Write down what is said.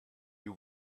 you